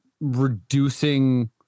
reducing